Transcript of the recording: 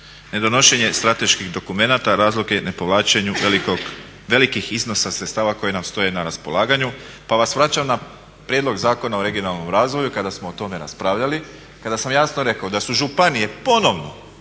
nedonošenje strateških dokumenata razlog je nepovlačenju velikih iznosa sredstava koji nam stoje na raspolaganju. Pa vas vraćam na Prijedlog Zakona o regionalnom razvoju kada smo o tome raspravljali, kada sam jasno rekao da su županije ponovno